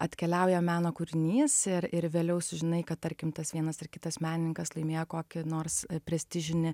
atkeliauja meno kūrinys ir ir vėliau sužinai kad tarkim tas vienas ar kitas menininkas laimėjo kokį nors prestižinį